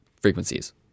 frequencies